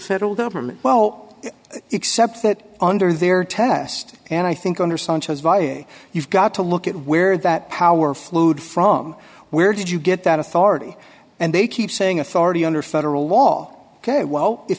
federal government well except that under their test and i think under sanchez via you've got to look at where that power flowed from where did you get that authority and they keep saying authority under federal law ok well if